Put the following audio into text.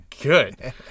good